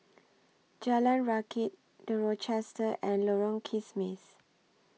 Jalan Rakit The Rochester and Lorong Kismis